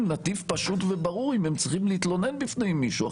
נתיב פשוט וברור אם הם צריכים להתלונן בפני מישהו,